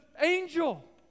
angel